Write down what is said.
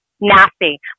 nasty